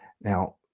now